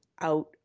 out